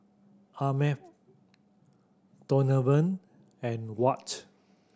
Arnav Donovan and Watt